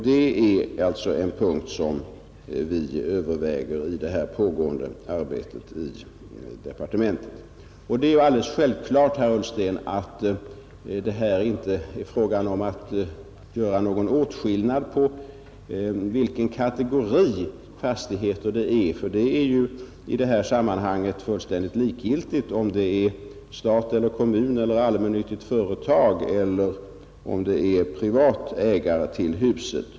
Det är alltså en fråga som vi överväger i det arbete som nu pågår i departementet. Det är alldeles självklart, herr Ullsten, att det inte blir fråga om att göra någon åtskillnad med hänsyn till den kategori av fastigheter det gäller. Det är i detta sammanhang fullständigt likgiltigt om stat, kommun, ett allmännyttigt företag eller en privatperson äger huset.